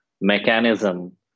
mechanism